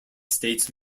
states